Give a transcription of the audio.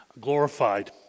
glorified